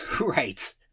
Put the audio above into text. Right